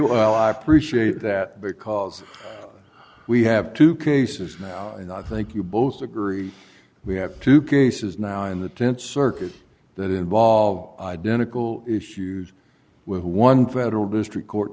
well i appreciate that because we have two cases now and i think you both agree we have two cases now in the th circuit that involve identical issues with one federal district court